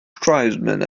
tribesmen